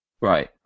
Right